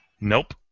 Nope